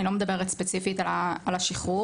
אני לא מדברת ספציפית על השחרור.